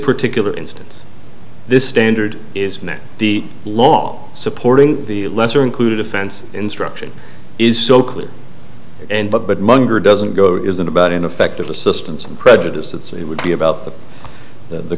particular instance this standard is now the law supporting the lesser included offense instruction is so clear and but but monger doesn't go isn't about ineffective assistance and prejudice and so it would be about the